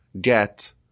get